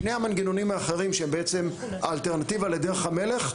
שני המנגנונים האחרים שהם בעצם האלטרנטיבה לדרך המלך,